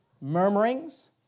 murmurings